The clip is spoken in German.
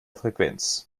frequenz